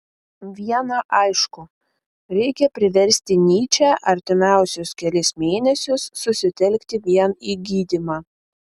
viena aišku reikia priversti nyčę artimiausius kelis mėnesius susitelkti vien į gydymą